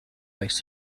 likes